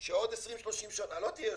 שבעוד 20-30 שנה לא תהיה יושב-ראש,